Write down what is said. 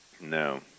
No